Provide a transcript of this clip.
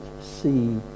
see